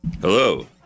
Hello